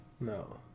No